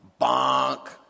Bonk